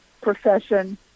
profession